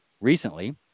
Recently